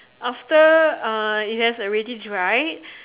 after uh it has already dried